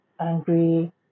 Angry